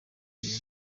inyuma